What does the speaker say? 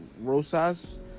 Rosas